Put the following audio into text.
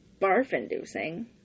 barf-inducing